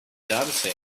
dataset